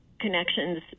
connections